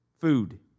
Food